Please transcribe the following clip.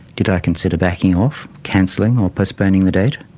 did i consider backing off, cancelling or postponing the date?